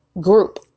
group